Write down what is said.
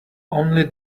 only